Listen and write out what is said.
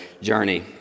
journey